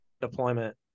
deployment